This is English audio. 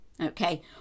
okay